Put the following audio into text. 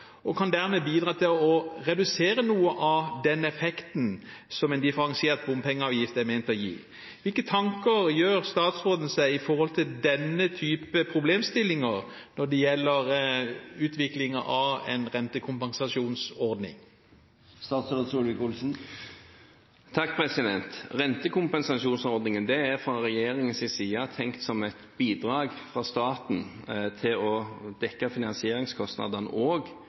og kan dermed bidra til å redusere noe av den effekten som en differensiert bompengeavgift er ment å gi. Hvilke tanker gjør statsråden seg om denne typen problemstillinger når det gjelder utviklingen av en rentekompensasjonsordning? Rentekompensasjonsordningen er fra regjeringens side tenkt som et bidrag fra staten til å dekke finansieringskostnadene, og